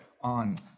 on